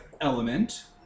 element